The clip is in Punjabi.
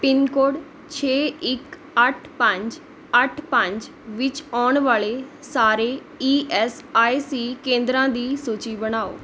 ਪਿੰਨਕੋਡ ਛੇ ਇੱਕ ਅੱਠ ਪੰਜ ਅੱਠ ਪੰਜ ਵਿੱਚ ਆਉਣ ਵਾਲ਼ੇ ਸਾਰੇ ਈ ਐੱਸ ਆਈ ਸੀ ਕੇਂਦਰਾਂ ਦੀ ਸੂਚੀ ਬਣਾਓ